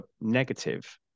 negative